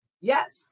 Yes